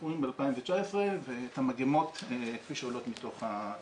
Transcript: רואים ב-2019 ואת המגמות כפי שהן עולות מתוך הדוח.